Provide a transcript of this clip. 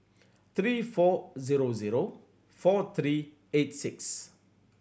three four zero zero four three eight six